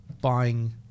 buying